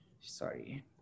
sorry